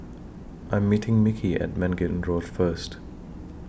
I Am meeting Mickie At Mangis Road First